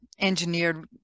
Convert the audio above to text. engineered